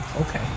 Okay